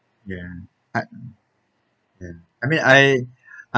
ya art uh ya I mean I I